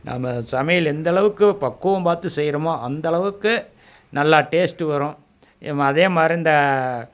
நம்ம சமையல் எந்த அளவுக்கு பக்குவம் பார்த்து செய்கிறமோ அந்த அளவுக்கு நல்லா டேஸ்ட் வரும் இம்ம அதே மாதிரி இந்த